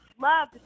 love